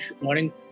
morning